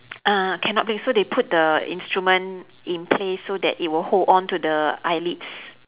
ah cannot blink so they put the instrument in place so that it will hold on to the eyelids